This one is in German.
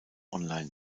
online